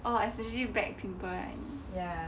oh especially back pimple right